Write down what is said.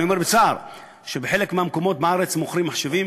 אני אומר בצער שבחלק מהמקומות בארץ מוכרים מחשבים